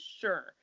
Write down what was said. Sure